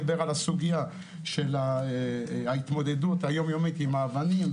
דיבר על הסוגיה של ההתמודדות היום-יומית עם אבנים,